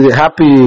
happy